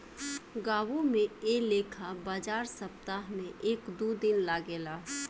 गांवो में ऐ लेखा बाजार सप्ताह में एक दू दिन लागेला